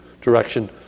direction